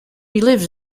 lives